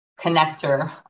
connector